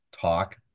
talk